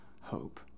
hope